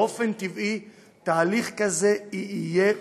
באופן טבעי תהליך כזה יהיה ויימשך,